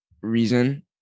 reason